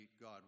God